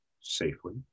safely